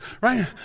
right